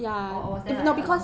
or or it's that like a long time